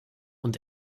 und